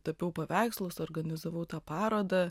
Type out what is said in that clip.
tapiau paveikslus organizavau tą parodą